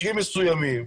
מקרים מסוימים,